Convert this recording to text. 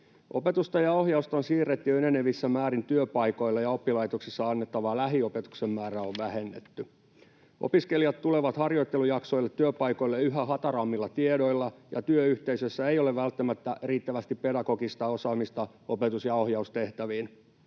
Opetusta ja ohjausta on siirretty enenevissä määrin työpaikoille, ja oppilaitoksissa annettavaa lähiopetuksen määrää on vähennetty. Opiskelijat tulevat harjoittelujaksoille työpaikoille yhä hatarammilla tiedoilla, ja työyhteisöissä ei ole välttämättä riittävästi pedagogista osaamista opetus- ja ohjaustehtäviin.